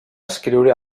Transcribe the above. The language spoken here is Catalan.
escriure